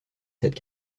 cette